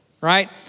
right